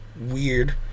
weird